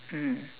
mm